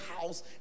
house